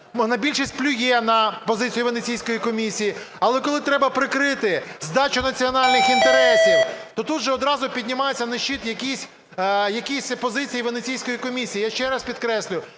монобільшість плює на позицію Венеційської комісії. Але коли треба прикрити здачу національних інтересів, то тут одразу піднімаються на щит якісь позиції Венеційської комісії. Я ще раз підкреслюю,